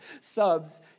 subs